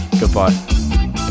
Goodbye